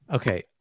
Okay